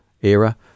era